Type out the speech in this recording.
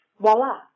voila